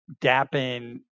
dapping